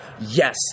yes